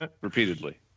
repeatedly